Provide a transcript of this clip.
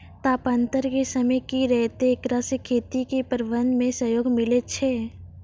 तापान्तर के समय की रहतै एकरा से खेती के प्रबंधन मे सहयोग मिलैय छैय?